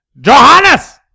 Johannes